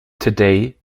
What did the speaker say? today